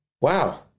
wow